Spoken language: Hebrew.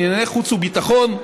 ענייני חוץ וביטחון,